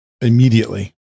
immediately